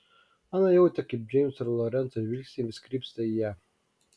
ana jautė kaip džeimso ir lorenco žvilgsniai vis krypsta į ją